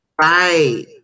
Right